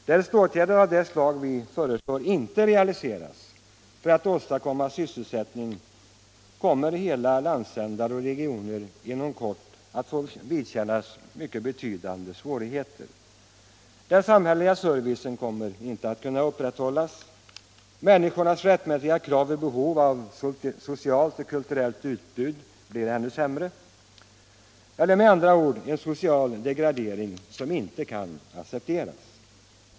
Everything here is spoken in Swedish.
Därest åtgärder av det slag vi föreslår inte realiseras för att åstadkomma sysselsättning, kommer hela landsändar och regioner inom kort att få vidkännas mycket betydande svårigheter. Den samhälleliga servicen kommer inte att kunna upprätthållas, och människornas rättmätiga krav på socialt och kulturellt utbud blir ännu sämre tillgodosedda. Det blir med andra ord en social degradering som inte kan accepteras.